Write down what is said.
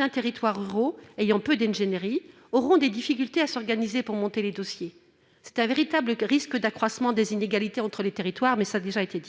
les territoires ruraux ayant peu d'ingénierie auront des difficultés à s'organiser pour monter les dossiers, ce qui risque d'accroître les inégalités entre les territoires, cela a déjà été